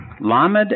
Lamed